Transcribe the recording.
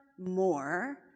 more